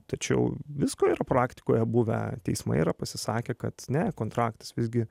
tačiau visko yra praktikoje buvę teismai yra pasisakę kad ne kontraktas visgi